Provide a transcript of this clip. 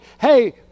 hey